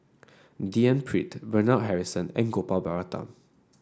D N Pritt Bernard Harrison and Gopal Baratham